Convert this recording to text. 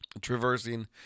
traversing